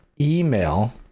email